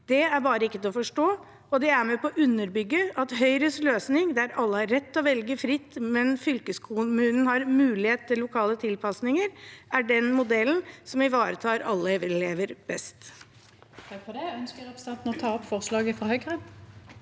Det er bare ikke til å forstå, og det er med på å underbygge at Høyres løsning, der alle har rett til å velge fritt, men der fylkeskommunen har mulighet til å gjøre lokale tilpasninger, er den modellen som ivaretar alle elever best.